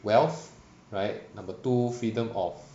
wealth right number two freedom of